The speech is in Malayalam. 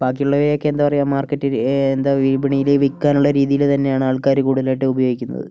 ബാക്കിയുള്ളവയെക്കെ എന്താ പറയുക മാർക്കറ്റ് എന്താ വിപണിയില് വിൽക്കാനുള്ള രീതിയിൽ തന്നെയാണ് ആൾക്കാര് കൂടുതലായിട്ട് ഉപയോഗിക്കുന്നത്